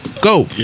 Go